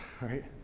right